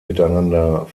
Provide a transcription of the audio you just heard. miteinander